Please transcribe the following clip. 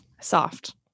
soft